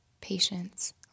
patience